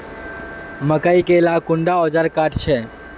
मकई के ला कुंडा ओजार काट छै?